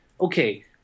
okay